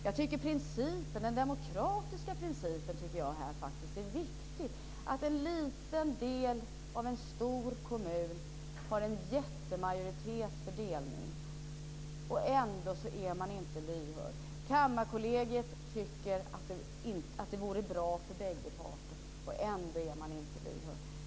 Jag tycker att den demokratiska principen är viktig i detta sammanhang, att en liten del av en stor kommun har en jättemajoritet för en delning, och ändå är man inte lyhörd. Kammarkollegiet tycker att det vore bra för bägge parter. Men ändå är man inte lyhörd.